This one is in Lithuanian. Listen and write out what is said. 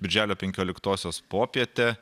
birželio penkioliktosios popietę